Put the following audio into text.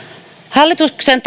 hallituksen